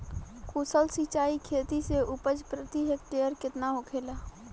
कुशल सिंचाई खेती से उपज प्रति हेक्टेयर केतना होखेला?